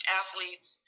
athletes